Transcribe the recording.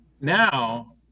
Now